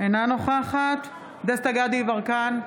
אינה נוכחת דסטה גדי יברקן,